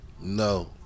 No